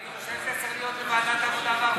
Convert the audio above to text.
אני חושב שזה צריך להיות בוועדת העבודה והרווחה.